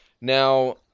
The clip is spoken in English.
Now